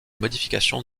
modifications